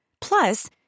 Plus